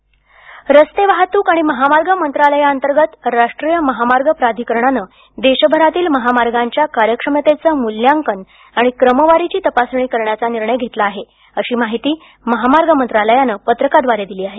महामार्ग मंत्रालय रस्ते वाहतूक आणि महामार्ग मंत्रालयाअंतर्गत राष्ट्रीय महामार्ग प्राधिकरणानं देशभरातील माहामार्गांच्या कार्यक्षमतेचं मूल्यांकन आणि क्रमवारीची तपासणी करण्याचा निर्णय घेतला आहे अशी माहिती महामार्ग मंत्रालयानं पत्रकाद्वारे दिली आहे